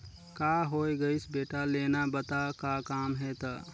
का होये गइस बेटा लेना बता का काम हे त